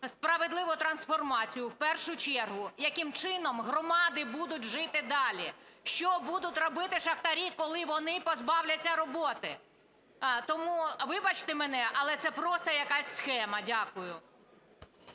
справедливу трансформацію в першу чергу, яким чином громади будуть жити далі, що будуть робити шахтарі, коли вони позбавляться роботи? Тому вибачте мене, але це просто якась схема. Дякую.